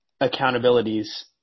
accountabilities